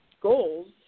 goals